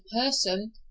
person